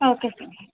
okay sir